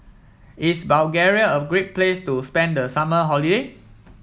is Bulgaria a great place to spend the summer holiday